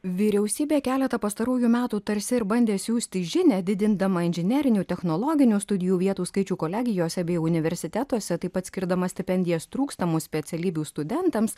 vyriausybė keletą pastarųjų metų tarsi ir bandė siųsti žinią didindama inžinerinių technologinių studijų vietų skaičių kolegijose bei universitetuose taip pat skirdama stipendijas trūkstamų specialybių studentams